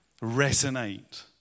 resonate